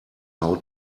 how